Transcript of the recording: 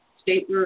State